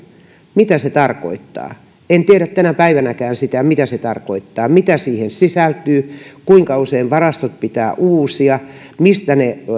mitä se tarkoittaa en tiedä tänä päivänäkään sitä mitä se tarkoittaa mitä siihen sisältyy kuinka usein varastot pitää uusia mistä ne